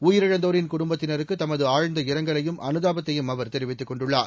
உயிரிழந்தோரின் குடும்பத்தினருக்கு தமது ஆழந்த இரங்கலையும் அனுதாபத்தையும் அவர் தெரிவித்துக் கொண்டுள்ளார்